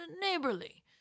neighborly